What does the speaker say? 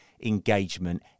engagement